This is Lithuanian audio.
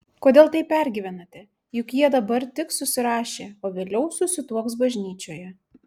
kodėl taip pergyvenate juk jie dabar tik susirašė o vėliau susituoks bažnyčioje